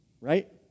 right